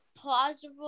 Plausible